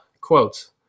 quotes